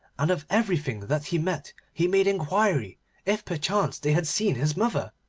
and of everything that he met he made inquiry if perchance they had seen his mother.